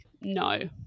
no